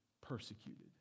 persecuted